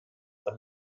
for